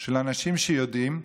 של אנשים שיודעים,